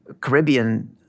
Caribbean